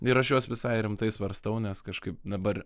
ir aš juos visai rimtai svarstau nes kažkaip dabar